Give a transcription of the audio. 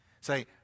Say